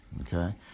okay